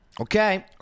Okay